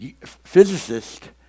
physicist